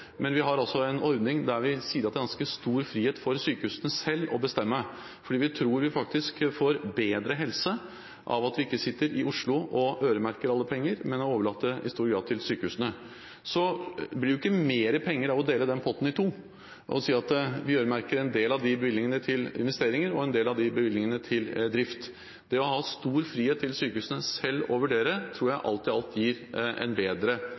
men vi har altså en ordning der vi sier at det er ganske stor frihet for sykehusene selv til å bestemme, fordi vi tror vi faktisk får bedre helse av at vi ikke sitter i Oslo og øremerker alle penger, men i stor grad overlater det til sykehusene. Det blir ikke mer penger av å dele den potten i to og si at vi øremerker en del av de bevilgningene til investeringer og en del til drift. Det å gi sykehusene stor frihet til selv å vurdere tror jeg alt i alt gir en bedre